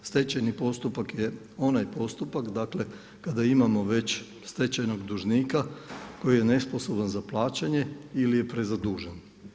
Stečajni postupak je onaj postupak kada imamo već stečajnog dužnika, koji je nesposoban za plaćanje ili je prezadužen.